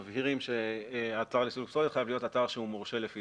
מבהירים שאתר לסילוק פסולת חייב להיות אתר שהוא מורשה לפי